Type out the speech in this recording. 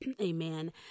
Amen